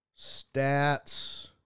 stats